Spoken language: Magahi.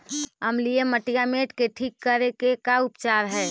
अमलिय मटियामेट के ठिक करे के का उपचार है?